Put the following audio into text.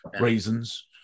Reasons